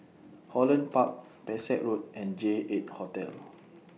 Holland Park Pesek Road and J eight Hotel